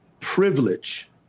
privilege